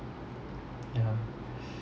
yeah